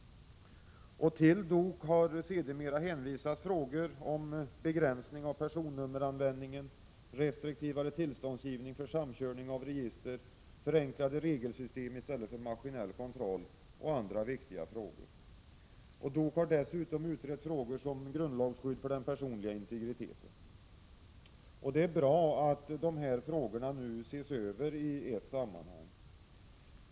Till DOK har sedermera hänvisats frågor om begränsning av personnummeranvändningen, restriktivare tillståndsgivning för samköring av dataregister och förenklade regelsystem i stället för maskinell kontroll samt andra viktiga frågor. DOK har dessutom utrett frågor som grundlagsskydd för den personliga integriteten. Det är bra att dessa frågor nu ses över i ett sammanhang.